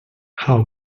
how